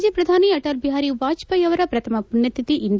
ಮಾಜಿ ಪ್ರಧಾನಿ ಅಟಲ್ ಬಿಹಾರಿ ವಾಜಪೇಯಿ ಅವರ ಪ್ರಥಮ ಪುಣ್ಣತಿಥಿ ಇಂದು